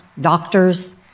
doctors